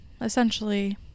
essentially